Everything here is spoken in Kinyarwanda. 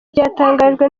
byatangajwe